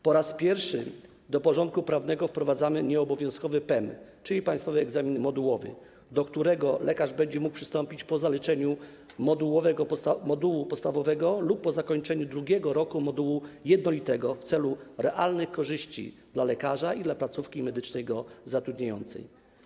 Po raz pierwszy do porządku prawnego wprowadzamy nieobowiązkowy PEM, czyli państwowy egzamin modułowy, do którego lekarz będzie mógł przystąpić po zaliczeniu modułu podstawowego lub po zakończeniu drugiego roku modułu jednolitego, w celu zapewnienia realnych korzyści dla lekarza i placówki medycznej go zatrudniającej.